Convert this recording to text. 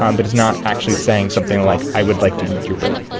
um but he's not actually saying something like, i would like to eat your brain.